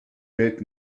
welt